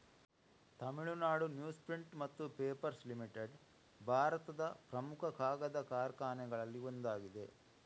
Tamil Nadu news print ಮತ್ತು papers limited ಭಾರತದ ಪ್ರಮುಖ ಕಾಗದ ಕಾರ್ಖಾನೆಗಳಲ್ಲಿ ಒಂದಾಗಿದೆ